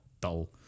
dull